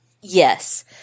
Yes